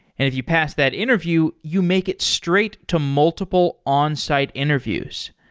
if you pass that interview, you make it straight to multiple onsite interviews.